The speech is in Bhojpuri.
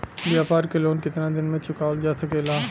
व्यापार के लोन कितना दिन मे चुकावल जा सकेला?